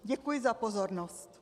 Děkuji za pozornost.